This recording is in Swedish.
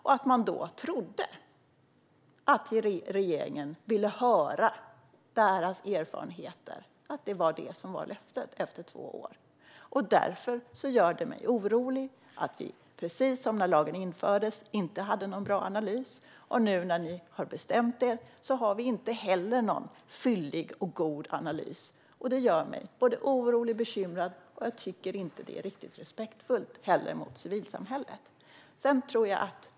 Det fanns också en tro på att regeringen ville höra deras erfarenheter efter två år, en tro på att det var det som var löftet. När lagen infördes hade vi inte någon bra analys. Det som gör mig orolig och bekymrad är att vi inte har någon fyllig och god analys nu heller, trots att ni har bestämt er. Jag tycker inte att detta är riktigt respektfullt mot civilsamhället.